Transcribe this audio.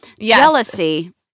Jealousy